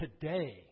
today